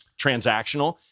transactional